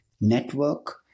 Network